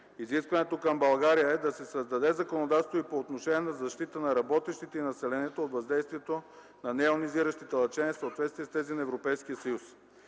Изискването към България е да се създаде законодателство и по отношение на защита на работещите и населението от въздействието на нейонизиращите лъчения в съответствие с тези на Европейския съюз.